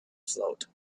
float